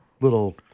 little